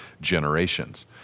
generations